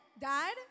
Dad